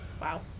Wow